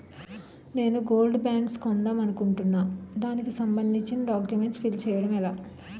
నేను gold bonds కొందాం అనుకుంటున్నా దానికి సంబందించిన డాక్యుమెంట్స్ ఫిల్ చేయడం ఎలా?